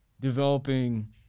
developing